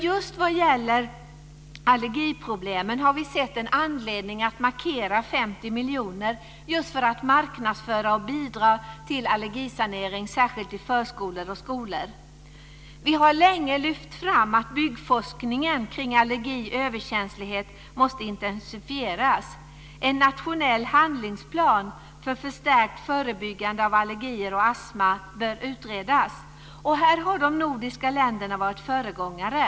Just vad gäller allergiproblemen har vi dock sett en anledning att märka 50 miljoner just för att marknadsföra och bidra till allergisanering särskilt i förskolor och skolor. Vi har länge lyft fram att byggforskningen kring allergi och överkänslighet måste intensifieras. En nationell handlingsplan för förstärkt förebyggande av allergier och astma bör utredas. De nordiska länderna har här varit föregångare.